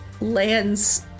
lands